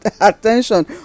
attention